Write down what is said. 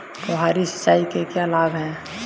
फुहारी सिंचाई के क्या लाभ हैं?